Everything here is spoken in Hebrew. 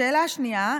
לשאלה השנייה,